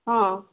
ହଁ